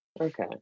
Okay